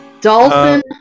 Dolphin